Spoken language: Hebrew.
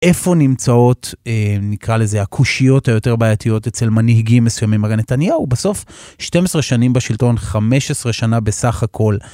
איפה נמצאות, נקרה לזה הקושיות היותר בעייתיות אצל מנהיגים מסוימים? הרי נתניהו בסוף 12 שנים בשלטון 15 שנה בסך הכל.